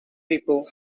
people